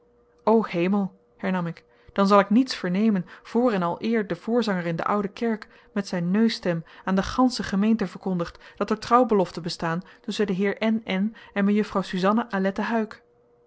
o hemel hernam ik dan zal ik niets vernemen voor en aleer de voorzanger in de oude kerk met zijn neusstem aan de gansche gemeente verkondigt dat er trouwbeloften bestaan tusschen den heer n n en mejuffrouw suzanna aletta huyck